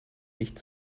nicht